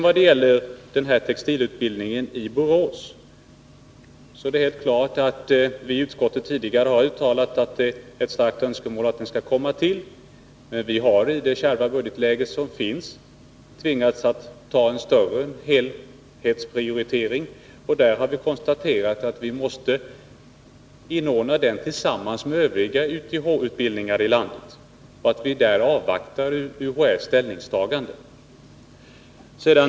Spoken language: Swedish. Vad gäller textilutbildningen i Borås är det helt klart att utskottet tidigare uttalat att det är ett starkt önskemål att den skall komma till stånd. Men i det rådande kärva budgetläget har vi tvingats göra en större helhetsprioritering. Där har vi konstaterat att denna utbildning måste inordnas tillsammans med övriga YTH-utbildningar i landet och att vi därför får avvakta UHÄ:s ställningstagande.